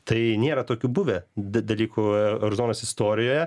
tai nėra tokių buvę d dalykų euro zonos istorijoje